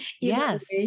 yes